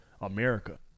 America